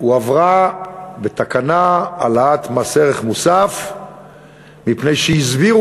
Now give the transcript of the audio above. הועברה בתקנה העלאת מס ערך מוסף מפני שהסבירו